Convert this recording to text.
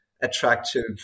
attractive